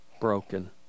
broken